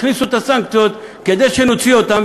הכניסו את הסנקציות כדי שנוציא אותן,